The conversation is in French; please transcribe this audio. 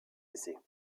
essais